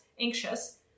anxious